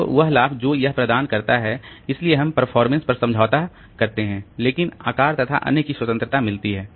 तो वह लाभ है जो यह प्रदान करता है इसलिए हम परफॉर्मेंस पर समझौता करते हैं लेकिन आकार तथा अन्य की स्वतंत्रता मिलती है